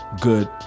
good